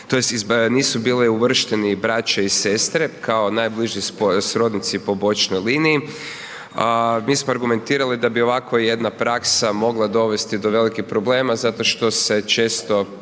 tj. nisu bili uvršteni braća i sestre kao najbliži srodnici po bočnoj liniji. Mi smo argumentirali da bi ovakva jedna praksa mogla dovesti do velikih problema zato što se često